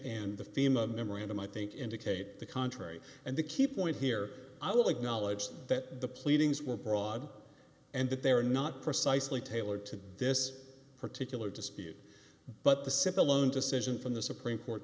and the fema memorandum i think indicate the contrary and the key point here i will acknowledge that the pleadings were broad and that they were not precisely tailored to this particular dispute but the simple own decision from the supreme court